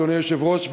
אדוני היושב-ראש,